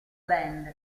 band